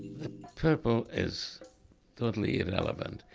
the purple is totally irrelevant.